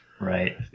Right